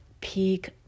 peak